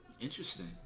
Interesting